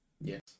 yes